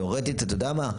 תיאורטית, אתה יודע מה?